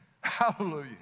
Hallelujah